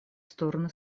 стороны